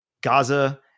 Gaza